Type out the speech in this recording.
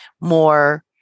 more